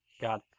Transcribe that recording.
God